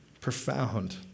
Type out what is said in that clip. profound